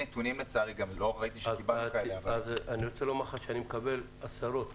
אני מקבל עשרות